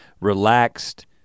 relaxed